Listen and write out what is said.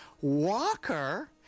Walker